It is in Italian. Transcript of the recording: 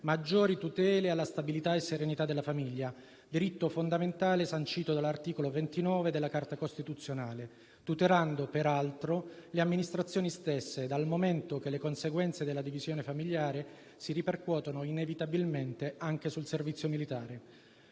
maggiori tutele alla stabilità e serenità della famiglia, diritto fondamentale sancito dall'articolo 29 della Carta costituzionale, tutelando peraltro le amministrazioni stesse, dal momento che le conseguenze della divisione familiare si ripercuotono inevitabilmente anche sul servizio del militare.